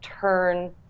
turn